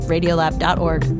Radiolab.org